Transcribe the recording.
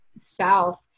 South